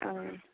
औ